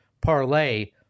parlay